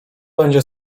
będzie